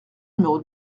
numéro